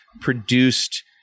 produced